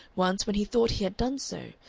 once, when he thought he had done so,